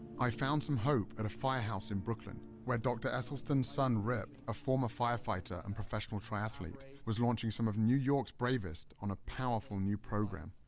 i found some hope at a firehouse in brooklyn, where dr. esselstyn's son, rip, a former firefighter and professional triathlete was launching some of new york's bravest on a powerful new program.